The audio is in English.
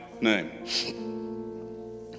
name